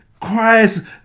Christ